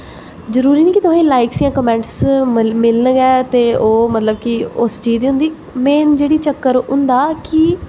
जरूरी निं कि तुसें गी लाइक्स जां कमेंट्स गै मिलन जो ओह् मतलब कि उस चीज़ दी होंदी मेन जेह्ड़ी चक्कर होंदा कि